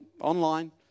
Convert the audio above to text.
online